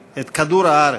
את כדור-הארץ,